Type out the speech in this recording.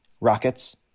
rockets